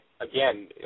again